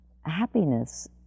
happiness